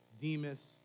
Demas